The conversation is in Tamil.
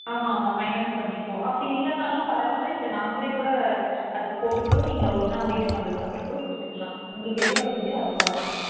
ஆமாம் ஆமாம் ஆமாம் மைனஸ் பண்ணிப்போம் அப்படி இல்லைனாலும் பரவாயில்ல இல்லை நாங்களேகூட அதுக்குப் போட்டுக்குறோம் நீங்கள் ஒன்னாகவே வீட்டுக்கு வந்ததுக்கு அப்புறோம் கூட கொடுத்துக்குலாம் உங்களுக்கு எது வசதியோ அதுப் பாருங்கள்